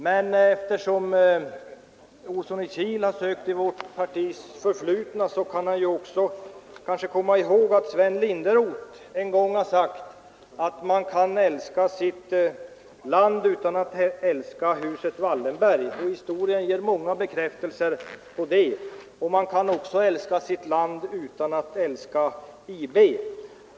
Men eftersom herr Olsson i Kil har sökt i vårt partis förflutna, kan han kanske också erinra sig att Sven Linderot en gång sagt att man kan älska sitt land utan att älska huset Wallenberg, och historien ger många bekräftelser på det. Man kan också älska sitt land utan att älska IB.